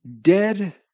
dead